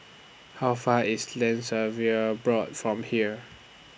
How Far IS Land Surveyors Board from here